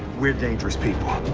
we're dangerous people.